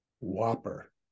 whopper